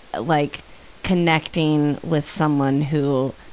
like connecting with someone who